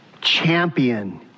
champion